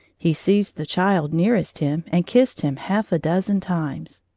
he seized the child nearest him and kissed him half a dozen times.